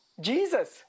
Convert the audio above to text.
Jesus